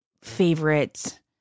favorite